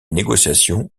négociations